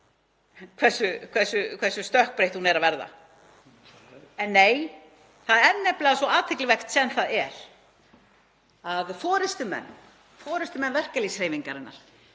hversu stökkbreytt hún er að verða. En nei, það er nefnilega svo athyglisvert sem það er að forystumenn verkalýðshreyfingarinnar